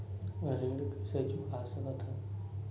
ऋण कइसे चुका सकत हन?